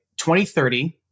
2030